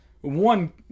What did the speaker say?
one